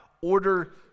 Order